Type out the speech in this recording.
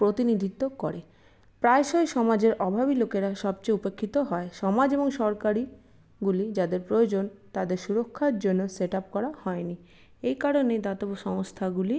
প্রতিনিধিত্ব করে প্রায়শই সমাজের অভাবী লোকেরা সবচেয়ে উপেক্ষিত হয় সমাজ এবং সরকারিগুলি যাদের প্রয়োজন তাদের সুরক্ষার জন্য সেট আপ করা হয়নি এই কারণে দাতব্য সংস্থাগুলি